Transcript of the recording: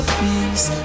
peace